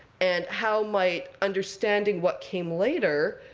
and how might understanding what came later